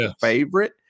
favorite